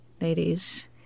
ladies